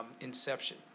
inception